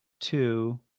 Two